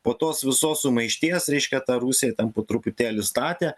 po tos visos sumaišties reiškia tą rusiją ten po truputėlį statė